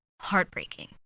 heartbreaking